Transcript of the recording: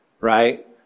right